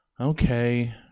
Okay